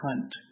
Hunt